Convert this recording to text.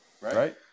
Right